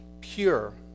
pure